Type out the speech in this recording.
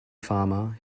farmer